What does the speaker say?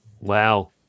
Wow